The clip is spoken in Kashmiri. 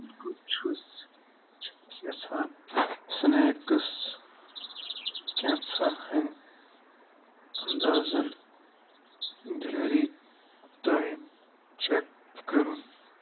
بہٕ چھُس چھُس یژھان سِنیکٕس کینٛژاہ ہَنۍ انٛدازَن ڈیٚلؤری ٹایم چٮ۪ک کرُن